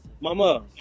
mama